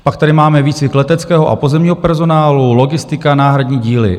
Pak tady máme výcvik leteckého a pozemního personálu, logistika, náhradní díly.